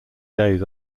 days